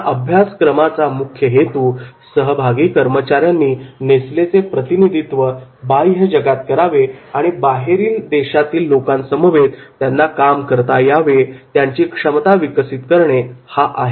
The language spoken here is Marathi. या अभ्यासक्रमाचा मुख्य हेतू सहभागी कर्मचाऱ्यांनी नेसलेचे प्रतिनिधित्व बाह्यजगात करावे आणि बाहेरील देशातील लोकांसमवेत त्यांना काम करता यावे याची क्षमता विकसित करणे हा आहे